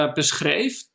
beschreef